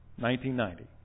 1990